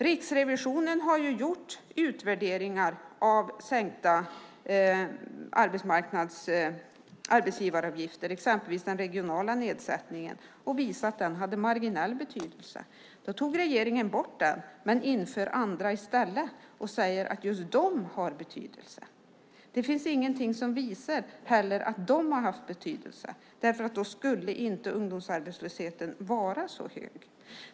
Riksrevisionen har gjort utvärderingar av sänkta arbetsgivaravgifter, exempelvis den regionala nedsättningen, och visat att den hade marginell betydelse. Då tog regeringen bort den men införde andra i stället och sade att just de hade betydelse. Det finns ingenting som visar att de heller har haft betydelse, därför att då skulle inte ungdomsarbetslösheten vara så hög.